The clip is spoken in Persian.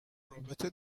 رابطه